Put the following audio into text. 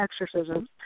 exorcisms